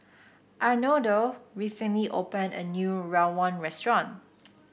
Arnoldo recently opened a new Rawon restaurant